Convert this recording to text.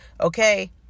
okay